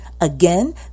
Again